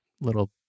little